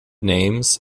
names